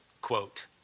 quote